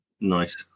Nice